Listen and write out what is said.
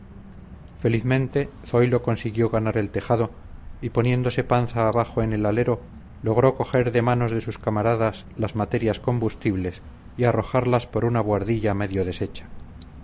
felizmente zoilo consiguió ganar el tejado y poniéndose panza abajo en el alero logró coger de manos de sus camaradas las materias combustibles y arrojarlas por una bohardilla medio deshecha